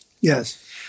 Yes